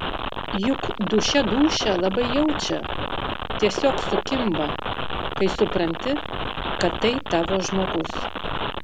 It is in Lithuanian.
juk dūšia dūšią labai jaučia tiesiog sukimba kai supranti kad tai tavo žmogus